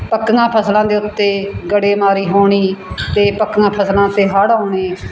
ਪੱਕੀਆਂ ਫਸਲਾਂ ਦੇ ਉੱਤੇ ਗੜੇਮਾਰੀ ਹੋਣੀ ਅਤੇ ਪੱਕੀਆਂ ਫਸਲਾਂ ਅਤੇ ਹੜ੍ਹ ਆਉਣੇ